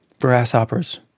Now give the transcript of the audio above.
Grasshoppers